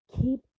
Keep